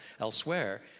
elsewhere